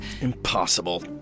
Impossible